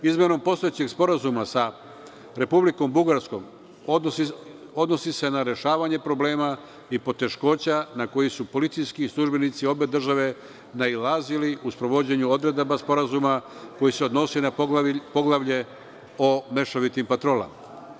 Izmena postojećeg sporazuma sa Republikom Bugarskom odnosi se na rešavanje problema i poteškoća na koje su policijski službenici obe države nailazili u sprovođenju odredaba sporazuma koje se odnosi na poglavlje o mešovitim patrolama.